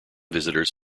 visitors